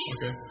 Okay